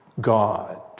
God